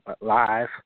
live